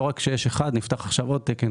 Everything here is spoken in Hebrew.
לא רק שיש אחד נפתח עכשיו עוד תקן.